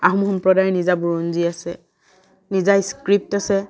আহোম সম্প্ৰদায়ৰ নিজা বুৰঞ্জী আছে নিজা স্ক্ৰিপ্ট আছে